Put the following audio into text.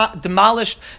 demolished